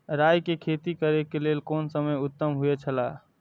राय के खेती करे के लेल कोन समय उत्तम हुए छला?